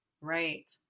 Right